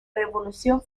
revolución